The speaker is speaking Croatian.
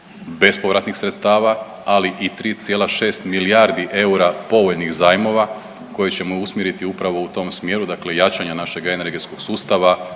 bespovratnih sredstava, ali i 3,6 milijardi eura povoljnih zajmova koje ćemo usmjeriti upravo u tom smjeru, dakle jačanja našeg energetskog sustava,